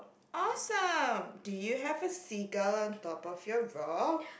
awesome do you have a seagull on top of your rock